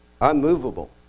unmovable